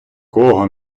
кого